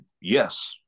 Yes